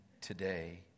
today